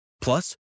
Plus